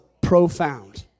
profound